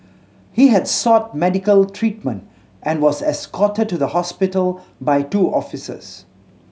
he had sought medical treatment and was escorted to the hospital by two officers